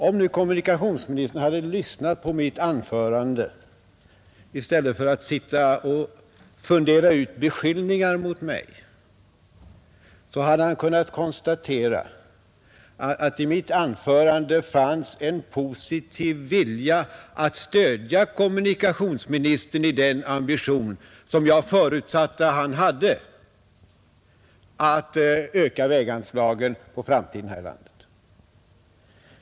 Om nu kommunikationsministern hade lyssnat på mitt anförande i stället för att sitta och fundera ut beskyllningar mot mig, hade han kunnat konstatera att det i mitt anförande fanns en positiv vilja att stödja kommunikationsministern i den ambition som jag förutsatte att han har att öka väganslagen här i landet.